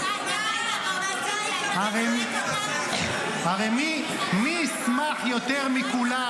--- הרי מי ישמח יותר מכולם